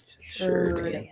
sure